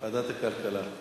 ועדת הכלכלה.